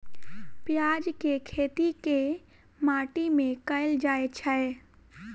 प्याज केँ खेती केँ माटि मे कैल जाएँ छैय?